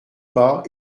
pas